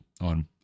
on